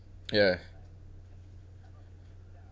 ya